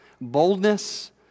boldness